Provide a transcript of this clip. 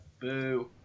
Boo